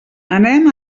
anem